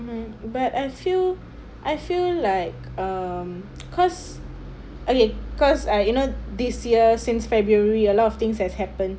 mmhmm but I feel I feel like um cause okay cause I you know this year since february a lot of things have happened